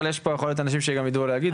אבל יכול להיות שיש פה אנשים שגם ידעו להגיד,